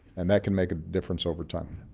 and that can make a difference over time.